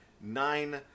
nine